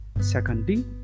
Secondly